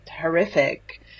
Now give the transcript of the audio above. horrific